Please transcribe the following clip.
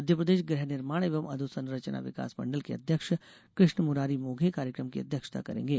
मप्र गृह निर्माण एवं अधोसरंचना विकास मण्डल के अध्यक्ष कृष्णमुरारी मोघे कार्यक्रम की अध्यक्षता करेगें